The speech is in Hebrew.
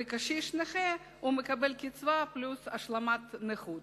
וקשיש נכה מקבל קצבה פלוס השלמת נכות.